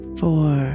four